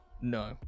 No